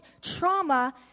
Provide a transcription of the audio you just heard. trauma